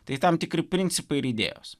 tai tam tikri principai ir idėjos